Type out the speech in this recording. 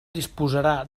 disposarà